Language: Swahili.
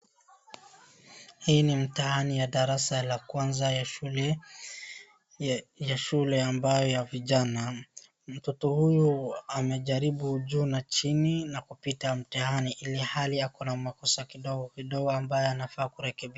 Hii ni mtihani ya darasa la kwanza shule ambaye ya vijana. Mtoto huyu amejaribu juu na chini na kupita mtihani ilhali akona makosa kidogo kidogo ambayo anafaa kurekebisha.